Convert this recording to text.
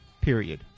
Period